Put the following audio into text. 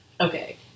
Okay